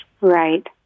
Right